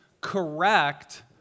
correct